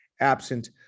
absent